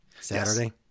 Saturday